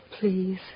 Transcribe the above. please